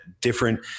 different